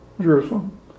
Jerusalem